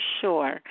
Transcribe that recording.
sure